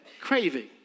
craving